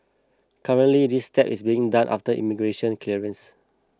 currently this step is being done after immigration clearance